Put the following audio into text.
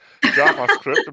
JavaScript